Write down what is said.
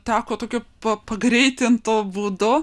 teko tokiu pa pagreitintu būdu